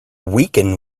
weaken